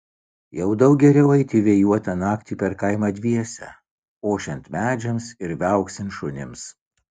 jau daug geriau eiti vėjuotą naktį per kaimą dviese ošiant medžiams ir viauksint šunims